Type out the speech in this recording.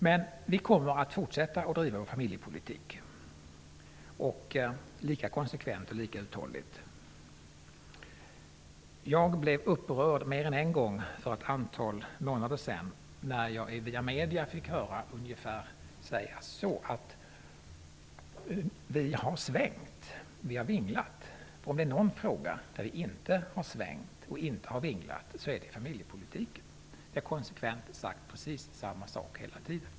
Men vi kommer att fortsätta att driva vår familjepolitik lika konsekvent och lika uthålligt som hittills. För ett antal månader sedan blev jag upprörd mer än en gång. Då fick jag via medierna höra att vi skulle ha svängt och vinglat i den här frågan. Om det är någon fråga där vi inte har svängt och vinglat är det i familjepolitiken. Vi har konsekvent sagt precis samma sak hela tiden.